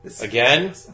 again